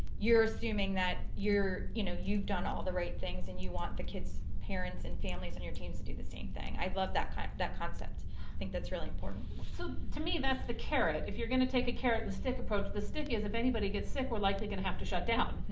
you're assuming that you're, you know, you've done all the right things and you want the kids, parents, and families and your teams to do the same thing. i love that kind of that concept, i think that's really important. so to me, that's the carrot, if you're gonna take a carrot and stick approach, the stick is if anybody gets sick, we're likely going to have to shut down.